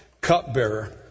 cupbearer